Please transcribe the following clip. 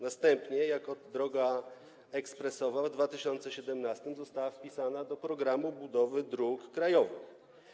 Następnie jako droga ekspresowa w 2017 r. została wpisana do programu budowy dróg krajowych.